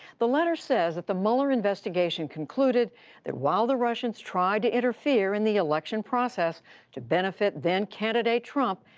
the letter says that the mueller investigation concluded that, while the russians tried to interfere in the election process to benefit then candidate trump,